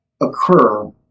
occur